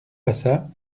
passa